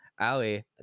Ali